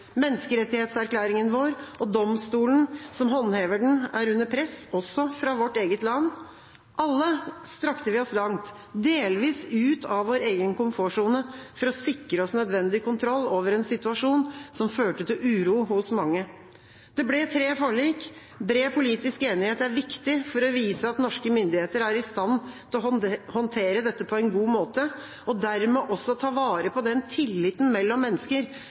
Menneskerettighetserklæringen vår og domstolen som håndhever den, er under press, også fra vårt eget land. Alle strakte vi oss langt, delvis ut av vår egen komfortsone, for å sikre oss nødvendig kontroll over en situasjon som førte til uro hos mange. Det ble tre forlik. Bred politisk enighet er viktig for å vise at norske myndigheter er i stand til å håndtere dette på en god måte, og dermed også ta vare på den tilliten mellom mennesker